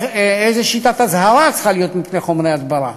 איזו שיטת אזהרה צריכה להיות מפני חומרי הדברה.